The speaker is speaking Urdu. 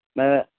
میں